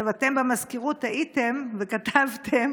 אתם, במזכירות, טעיתם וכתבתם: